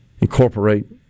incorporate